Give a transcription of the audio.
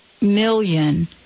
million